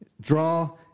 draw